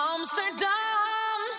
Amsterdam